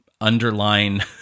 Underline